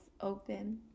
open